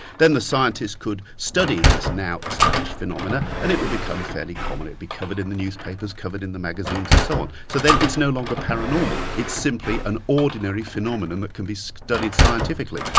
then the scientists could study this now established phenomena and it would become fairly common, it would be covered in the newspapers, covered in the magazines and so on. so then it's no longer paranormal, it's simply an ordinary phenomenon that can be studied scientifically.